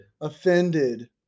Offended